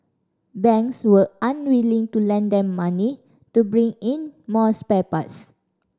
banks were unwilling to lend them money to bring in more spare parts